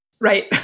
right